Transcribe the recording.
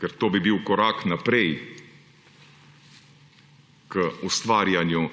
ker to bi bil korak naprej k ustvarjanju